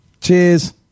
Cheers